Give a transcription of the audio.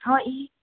हँ ई